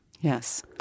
Yes